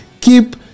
keep